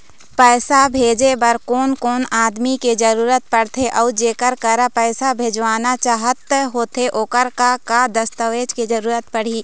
पैसा भेजे बार कोन कोन आदमी के जरूरत पड़ते अऊ जेकर करा पैसा भेजवाना चाहत होथे ओकर का का दस्तावेज के जरूरत पड़ही?